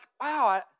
wow